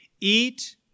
eat